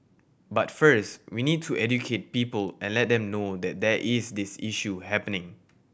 but first we need to educate people and let them know that there is this issue happening